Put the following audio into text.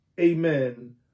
amen